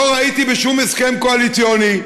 לא ראיתי בשום הסכם קואליציוני,